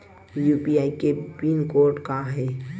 UPI के pin code का हे?